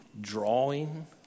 drawing